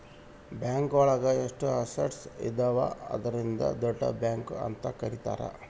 bank ಒಳಗ ಎಷ್ಟು assets ಇದಾವ ಅದ್ರಿಂದ ದೊಡ್ಡ ಬ್ಯಾಂಕ್ ಅಂತ ಕರೀತಾರೆ